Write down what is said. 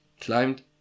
climbed